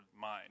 mind